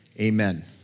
Amen